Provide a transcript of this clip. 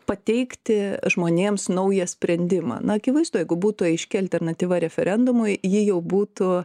pateikti žmonėms naują sprendimą na akivaizdu jeigu būtų aiški alternatyva referendumui ji jau būtų